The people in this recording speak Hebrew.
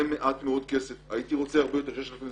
זה מעט מאוד כסף, הייתי רוצה שיהיה יותר,